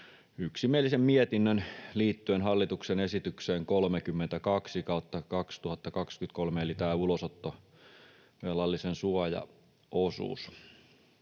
yksimielisen mietinnön liittyen hallituksen esitykseen 32/2023 eli tähän ulosottovelallisen suojaosuuteen.